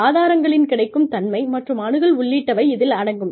ஆதாரங்களின் கிடைக்கும் தன்மை மற்றும் அணுகல் உள்ளிட்டவை இதில் அடங்கும்